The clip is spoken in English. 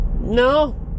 No